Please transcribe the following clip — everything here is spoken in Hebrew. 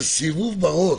זה סיבוב בראש,